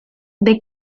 del